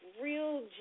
real